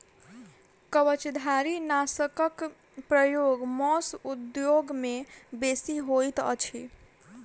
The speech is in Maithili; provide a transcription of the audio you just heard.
कवचधारीनाशकक प्रयोग मौस उद्योग मे बेसी होइत अछि